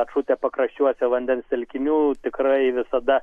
atšutę pakraščiuose vandens telkinių tikrai visada